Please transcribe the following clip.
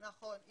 נכון.